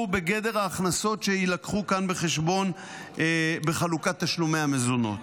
הוא בגדר ההכנסות שיובאו כאן בחשבון בחלוקת תשלומי המזונות.